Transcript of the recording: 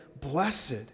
Blessed